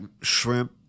shrimp